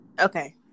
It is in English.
okay